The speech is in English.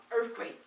earthquake